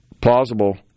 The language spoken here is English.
Plausible